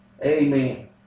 Amen